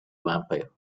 vampire